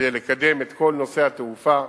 כדי לקדם את כל נושא התעופה.